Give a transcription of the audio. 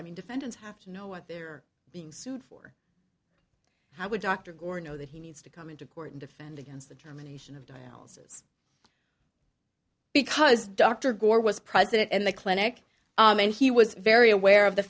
i mean defendants have to know what they're being sued for how would dr gore know that he needs to come into court and defend against the termination of dialysis because dr gore was president and the clinic and he was very aware of the